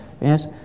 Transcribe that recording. yes